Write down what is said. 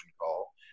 call